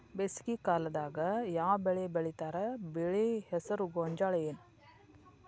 ಬೇಸಿಗೆ ಕಾಲದಾಗ ಯಾವ್ ಬೆಳಿ ಬೆಳಿತಾರ, ಬೆಳಿ ಹೆಸರು ಗೋಂಜಾಳ ಏನ್?